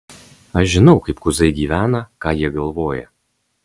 aš žinau kaip kuzai gyvena ką jie galvoja